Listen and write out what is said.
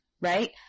right